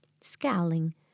scowling